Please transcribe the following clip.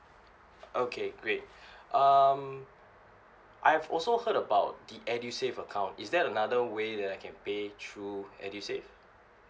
okay great um I've also heard about the edusave account is that another way that I can pay through edusave